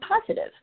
positive